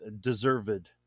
deserved